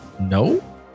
no